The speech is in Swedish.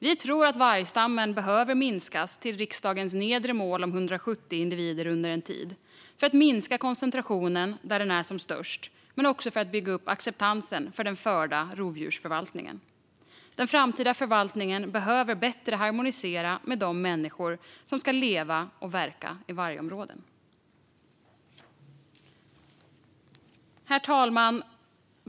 Vi tror att vargstammen behöver minskas till riksdagens nedre mål om 170 individer under en tid för att minska koncentrationen där den är som störst men också för att bygga upp acceptansen för den förda rovdjursförvaltningen. Den framtida förvaltningen behöver bättre harmonisera med de människor som ska leva och verka i vargområden. Herr talman!